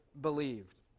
believed